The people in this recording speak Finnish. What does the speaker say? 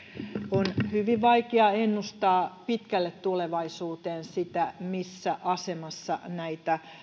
on hyvin vaikea ennustaa pitkälle tulevaisuuteen sitä missä asemassa näitä